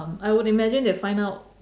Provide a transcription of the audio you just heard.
I would imagine they find out